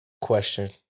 question